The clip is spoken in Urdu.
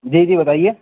جی جی بتائیے